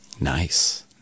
Nice